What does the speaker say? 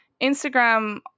Instagram